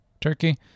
Turkey